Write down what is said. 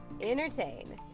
entertain